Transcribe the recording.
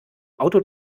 auto